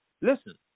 listen